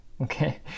Okay